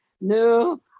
no